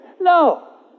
No